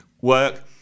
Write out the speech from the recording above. work